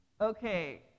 Okay